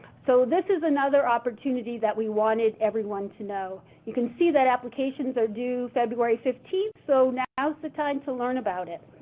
so, this is another opportunity that we wanted everyone to know. you can see that applications are due february fifteenth, so now is the time to learn about it.